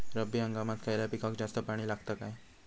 रब्बी हंगामात खयल्या पिकाक जास्त पाणी लागता काय?